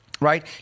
Right